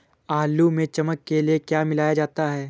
आलू में चमक के लिए क्या मिलाया जाता है?